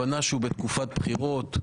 הבנה שהוא בתקופת בחירות.